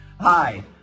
hi